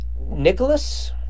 Nicholas